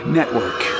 Network